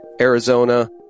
Arizona